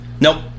Nope